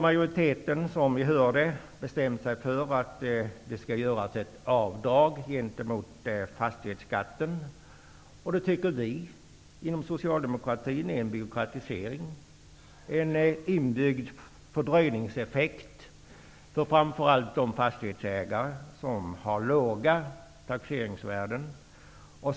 Majoriteten har bestämt sig för ett avdrag gentemot fastighetsskatten. Vi inom socialdemokatin tycker att det är en byråkratisering, en inbyggd fördröjningseffekt, framför allt för fastighetsägare med låga taxeringsvärden på sina fastigheter.